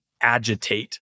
agitate